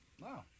Wow